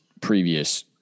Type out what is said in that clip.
previous